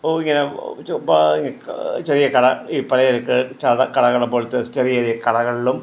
ഇങ്ങനെ ഇങ്ങനെ ചെറിയ കട ഈ പലച്ചരക്ക് കടകൾ പോലത്തെ ചെറിയ ചെറിയ കടകളിലും